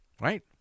Right